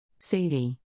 Sadie